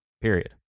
period